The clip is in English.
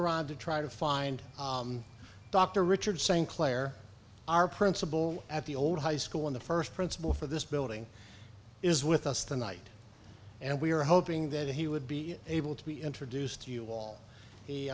around to try to find dr richard st clair our principal at the old high school in the first principal for this building is with us tonight and we are hoping that he would be able to be introduced to you all